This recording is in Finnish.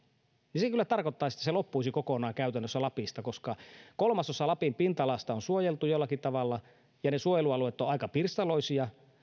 niin se kyllä tarkoittaisi että se loppuisi käytännössä kokonaan lapista koska kolmasosa lapin pinta alasta on suojeltu jollakin tavalla ja ne suojelualueet ovat aika